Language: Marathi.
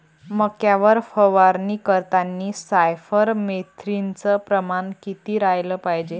मक्यावर फवारनी करतांनी सायफर मेथ्रीनचं प्रमान किती रायलं पायजे?